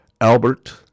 Albert